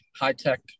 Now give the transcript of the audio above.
high-tech